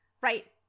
right